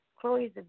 Chloe's